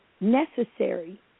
necessary